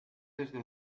desde